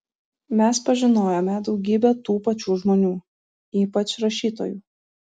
mes pažinojome daugybę tų pačių žmonių ypač rašytojų